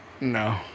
No